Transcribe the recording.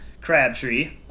Crabtree